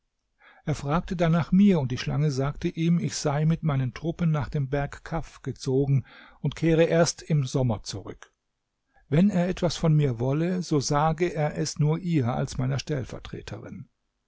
er fragte dann nach mir und die schlange sagte ihm ich sei mit meinen truppen nach dem berg kaf gezogen und kehre erst im sommer zurück wenn er etwas von mir wolle so sage er es nur ihr als meiner stellvertreterin